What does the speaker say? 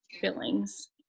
fillings